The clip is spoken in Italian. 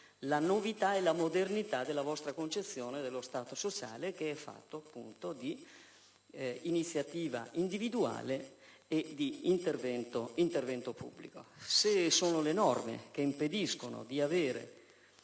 la novità e la modernità della vostra concezione dello Stato sociale, basata sull'iniziativa individuale e sull'intervento pubblico. Se sono le norme che impediscono di avere